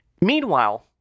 Meanwhile